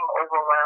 overwhelmed